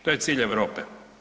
To je cilj Europe.